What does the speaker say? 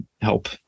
help